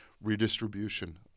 redistribution